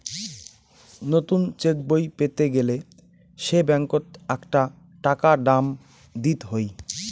নতুন চেকবই পেতে গেলে সে ব্যাঙ্কত আকটা টাকা দাম দিত হই